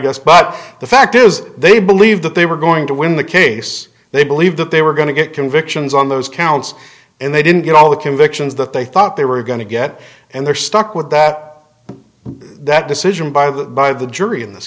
g us but the fact is they believe that they were going to win the case they believe that they were going to get convictions on those counts and they didn't get all the convictions that they thought they were going to get and they're stuck with that that decision by the by the jury in this